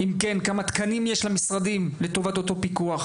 אם כן כמה תקנים יש למשרדים לטובת אותו פיקוח?